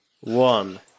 one